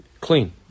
Clean